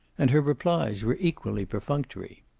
and her replies were equally perfunctory.